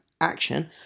action